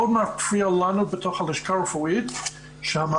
מאוד מפריע לנו בתוך הלשכה הרפואית שהמערכת